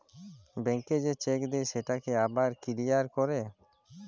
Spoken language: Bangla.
ব্যাংকে যে চ্যাক দেই সেটকে আবার কিলিয়ার ক্যরে